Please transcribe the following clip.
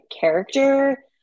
character